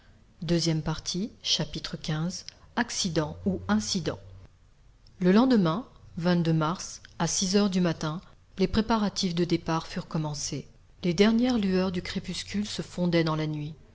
xv accident ou incident le lendemain mars à six heures du matin les préparatifs de départ furent commencés les dernières lueurs du crépuscule se fondaient dans la nuit